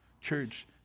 Church